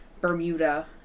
Bermuda